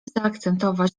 zaakcentować